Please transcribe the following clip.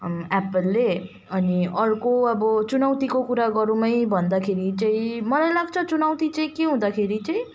एप्पलले अनि अर्को अब चुनौतीको कुरा गरौँ है भन्दाखेरि चाहिँ मलाई लाग्छ चुनौती चाहिँ के हुँदाखेरि चाहिँ